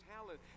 talent